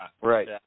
Right